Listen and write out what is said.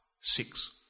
Six